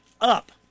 up